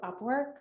Upwork